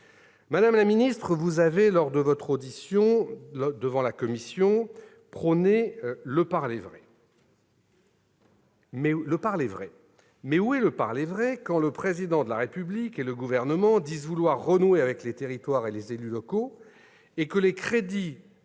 Madame la ministre, vous avez, lors de votre audition devant la commission, prôné le parler-vrai. Mais où est le parler-vrai quand le Président de la République et le Gouvernement disent vouloir renouer avec les territoires et les élus locaux alors que les crédits